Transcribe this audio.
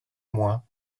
mois